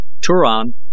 Turan